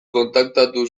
kontaktatu